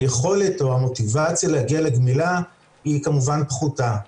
היכולת או המוטיבציה להגיע לגמילה היא כמובן פחותה.